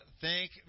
thank